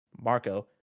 Marco